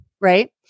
Right